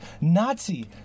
Nazi